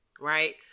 right